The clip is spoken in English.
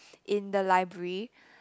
in the library